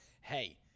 hey